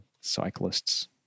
Cyclists